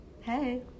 Hey